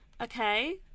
Okay